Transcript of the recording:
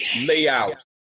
layout